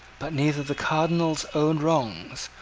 but neither the cardinal's own wrongs,